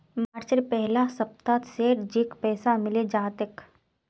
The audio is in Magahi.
मार्चेर पहला सप्ताहत सेठजीक पैसा मिले जा तेक